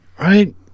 Right